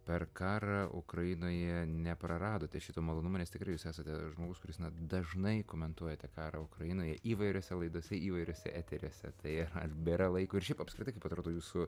per karą ukrainoje nepraradote šito malonumo nes tikrai jūs esate žmogus kuris dažnai komentuojate karą ukrainoje įvairiose laidose įvairiuose eteriuose tai ar bėra laiko ir šiaip apskritai kaip atrodo jūsų